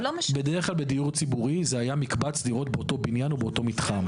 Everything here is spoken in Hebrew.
בדרך כלל בדיור ציבורי זה היה מקבץ דירות באותו בניין או באותו מתחם.